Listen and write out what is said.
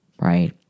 right